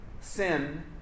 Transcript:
sin